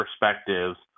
perspectives